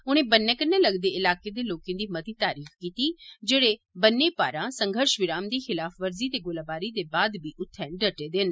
उनें बन्ने पर रौहने आले इलाकें दे लोकें दी मती तरीफ कीती जेहड़ी बन्ने पारा संघर्ष विराम दी खलाफवर्जी ते गोलाबारी दे बाद बी उत्थें डटे दे न